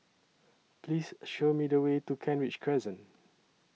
Please Show Me The Way to Kent Ridge Crescent